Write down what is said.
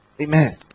Amen